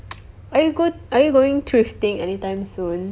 are you go are you going thrifting any time soon